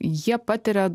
jie patiria